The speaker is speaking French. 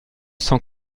cent